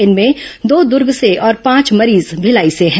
इनमें दो दुर्ग से और पांच मरीज भिलाई से हैं